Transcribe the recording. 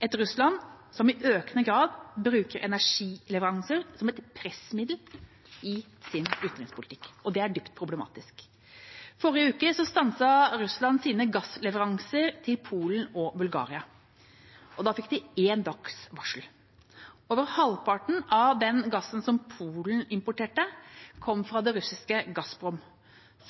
et Russland som i økende grad bruker energileveranser som et pressmiddel i sin utenrikspolitikk. Det er dypt problematisk. Forrige uke stanset Russland sine gassleveranser til Polen og Bulgaria. Da fikk de én dags varsel. Over halvparten av den gassen Polen importerte, kom fra russiske Gazprom.